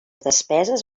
despeses